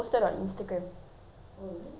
everything happens on instagram